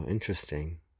Interesting